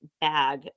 bag